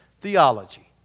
theology